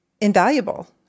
invaluable